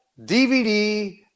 DVD